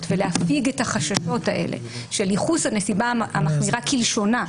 ולהפיג את החששות האלה של ייחוס הנסיבה המחמירה כלשונה.